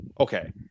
Okay